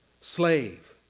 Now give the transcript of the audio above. slave